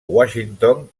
washington